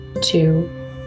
Two